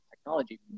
technology